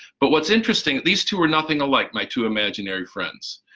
but what's interesting these two are nothing alike, my two imaginary friends,